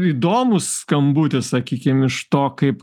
įdomus skambutis sakykim iš to kaip